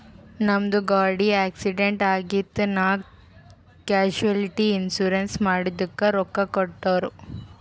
ನಮ್ದು ಗಾಡಿ ಆಕ್ಸಿಡೆಂಟ್ ಆಗಿತ್ ನಾ ಕ್ಯಾಶುಲಿಟಿ ಇನ್ಸೂರೆನ್ಸ್ ಮಾಡಿದುಕ್ ರೊಕ್ಕಾ ಕೊಟ್ಟೂರ್